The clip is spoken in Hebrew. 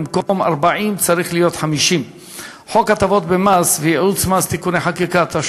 במקום 40 צריך להיות 50. חוק הטבות במס וייעוץ מס (תיקוני חקיקה),